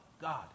God